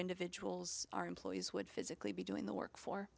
individuals our employees would physically be doing the work for